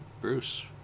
Bruce